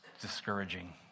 discouraging